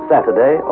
Saturday